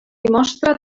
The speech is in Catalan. mostra